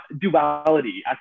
duality